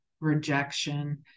rejection